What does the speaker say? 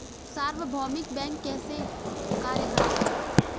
सार्वभौमिक बैंक कैसे कार्य करता है?